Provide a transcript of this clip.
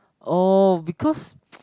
oh because